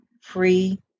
free